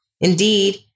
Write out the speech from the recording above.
Indeed